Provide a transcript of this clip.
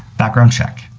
background check.